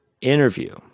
interview